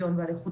זה תהליך